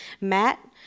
Matt